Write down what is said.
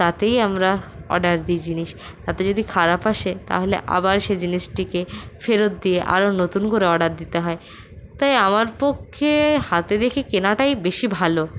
তাতেই আমরা অর্ডার দিই জিনিস তাতে যদি খারাপ আসে তাহলে আবার সেই জিনিসটিকে ফেরত দিয়ে আরো নতুন করে অর্ডার দিতে হয় তাই আমার পক্ষে হাতে দেখে কেনাটাই বেশি ভালো